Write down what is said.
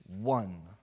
one